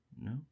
No